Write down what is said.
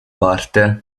parte